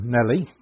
Nelly